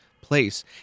place